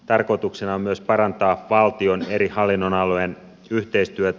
tarkoituksena on myös parantaa valtion eri hallinnonalojen yhteistyötä